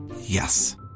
Yes